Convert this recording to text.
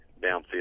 downfield